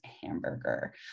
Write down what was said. hamburger